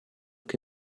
che